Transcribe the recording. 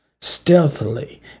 Stealthily